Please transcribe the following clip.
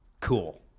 Cool